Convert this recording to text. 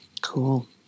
cool